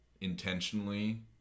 intentionally